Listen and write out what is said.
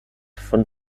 von